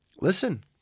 Listen